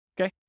Okay